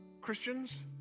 Christians